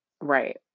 Right